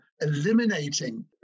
eliminating